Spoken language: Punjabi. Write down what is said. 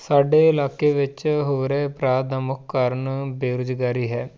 ਸਾਡੇ ਇਲਾਕੇ ਵਿੱਚ ਹੋ ਰਹੇ ਅਪਰਾਧ ਦਾ ਮੁੱਖ ਕਾਰਨ ਬੇਰੁਜ਼ਗਾਰੀ ਹੈ